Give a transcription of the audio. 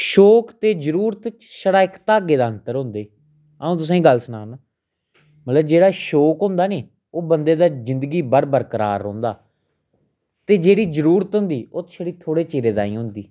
शौक ते जरूरत छड़ा इक धागे दा अंतर होंदा ही आ'ऊं तुसेंगी गल्ल सनां ना मतलब जेह्ड़ा शौक होंदा नी ओह् बंदे दा जिंदगी भर बरकरार रौंह्दा ते जेह्ड़ी जरूरत होंदी ओह् छड़ी थोह्ड़े चिरें ताईं होंदी